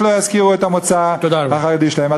שלא יזכירו את המוצא החרדי שלהם.